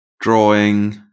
drawing